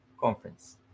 conference